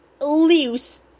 Loose